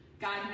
god